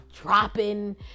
dropping